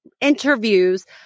interviews